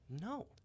No